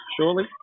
surely